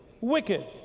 wicked